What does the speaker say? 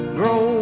grow